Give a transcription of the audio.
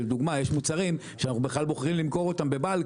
לדוגמה יש מוצרים שאנחנו בכלל בוחרים למכור אותם בבאלק